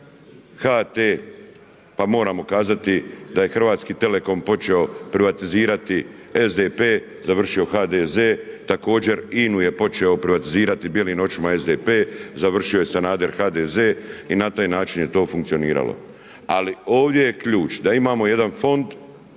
HT, pa moramo kazati da je Hrvatski telekom počeo privatizirati SDP, završio HDZ, također INA-u je počeo privatizirati bijelim očima SDP, završio je Sanader HDZ i na taj način je to funkcioniralo. Ali ovdje je ključ da imamo jedan fond,